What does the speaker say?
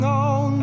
on